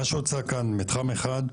כאן, מתחם 1,